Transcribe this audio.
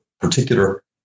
particular